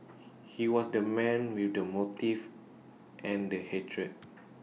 he was the man with the motive and the hatred